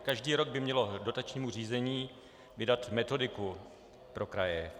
Každý rok by mělo dotačnímu řízení vydat metodiku pro kraje.